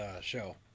show